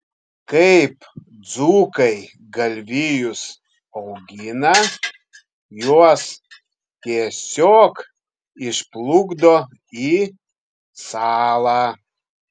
kaip dzūkai galvijus augina juos tiesiog išplukdo į salą